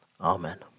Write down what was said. Amen